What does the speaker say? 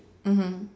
mmhmm